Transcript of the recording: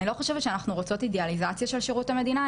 אני לא חושבת שאנחנו רוצים אידיאליזציה של שירות המדינה.